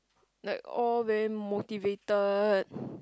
like all very motivated